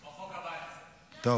בחוק הבא אני אעשה.